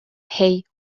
hay